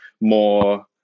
more